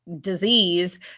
disease